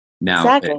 now